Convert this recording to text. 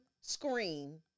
screen